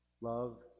Love